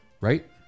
Right